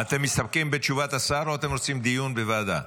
אתם מסתפקים בתשובת השר או רוצים דיון בוועדה?